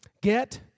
Get